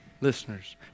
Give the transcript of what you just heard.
listeners